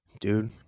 Dude